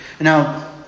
Now